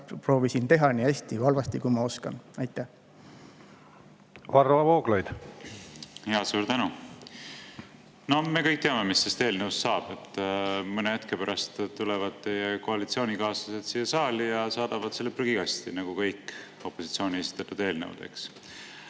proovisin teha nii hästi või halvasti, kui ma oskan. Varro Vooglaid. Suur tänu! No me kõik teame, mis sellest eelnõust saab. Mõne hetke pärast tulevad teie koalitsioonikaaslased siia saali ja saadavad selle prügikasti nagu kõik opositsiooni esitatud eelnõud, eks.